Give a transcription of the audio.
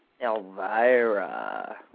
Elvira